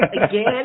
again